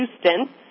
Houston